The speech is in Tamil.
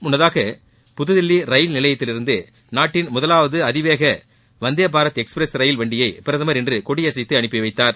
முன்னதாக புதுதில்வி ரயில் நிலையத்திலிருந்து நாட்டின் முதலாவது அதிவேக வந்தே பாரத் எக்ஸ்பிரஸ் ரயில் வண்டியை பிரதமர் இன்று கொடிபசைத்து அனுப்பிவைத்தார்